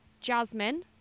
Jasmine